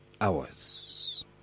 hours